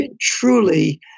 truly